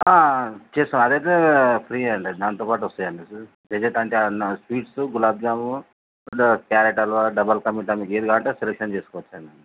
చేస్తాం అదైతే ఫ్రీ అండి దాంతో పాటు వస్తాయండి ఏవన్నా స్వీట్స్ గులాబ్ జాము క్యారెట్ హల్వా డబుల్ కా మీఠా మీకేది కావాలంటే అది సెలక్షన్ చేసుకోవచ్చండి